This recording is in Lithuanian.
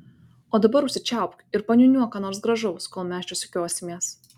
o dabar užsičiaupk ir paniūniuok ką nors gražaus kol mes čia sukiosimės